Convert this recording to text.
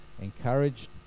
encouraged